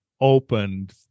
opened